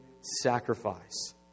sacrifice